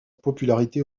popularité